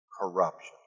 corruption